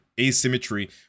asymmetry